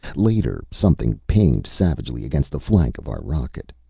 later, something pinged savagely against the flank of our rocket.